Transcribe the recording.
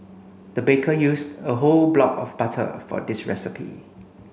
the baker used a whole block of butter for this recipe